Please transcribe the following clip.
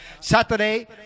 saturday